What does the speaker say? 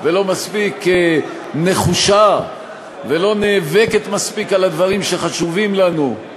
ולא מספיק נחושה ולא נאבקת מספיק על הדברים שחשובים לנו.